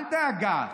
אל דאגה,